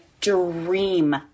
dream